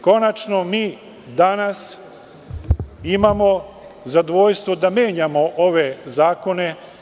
Konačno, danas imamo zadovoljstvo da menjamo ove zakone.